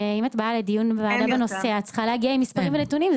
ואם את באה לדיון בוועדה בנושא את צריכה להגיע עם מספרים ונתונים.